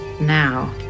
Now